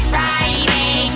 Friday